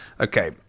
Okay